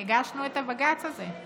את הבג"ץ הזה.